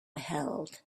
held